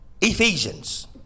Ephesians